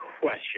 question